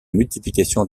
multiplication